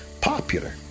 popular